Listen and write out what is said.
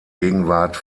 gegenwart